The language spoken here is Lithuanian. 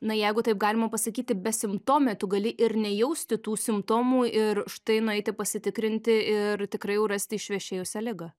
na jeigu taip galima pasakyti besimptomė tu gali ir nejausti tų simptomų ir štai nueiti pasitikrinti ir tikrai jau rasti išvešėjusią ligą